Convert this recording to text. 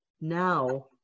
now